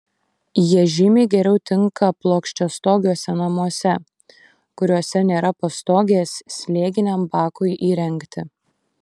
jie žymiai geriau tinka plokščiastogiuose namuose kuriuose nėra pastogės slėginiam bakui įrengti